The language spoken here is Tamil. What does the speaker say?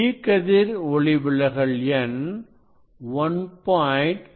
E கதிர் ஒளி விலகல் எண் 1